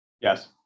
Yes